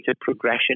progression